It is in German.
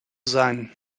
sein